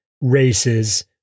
races